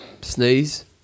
Sneeze